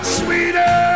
sweeter